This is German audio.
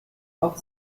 auf